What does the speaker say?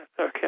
okay